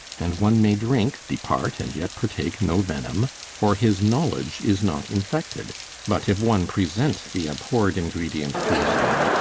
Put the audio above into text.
and one may drink, depart, and yet partake no venom for his knowledge is not infected but if one present the abhorr'd ingredient to his eye,